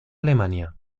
alemania